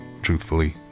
Truthfully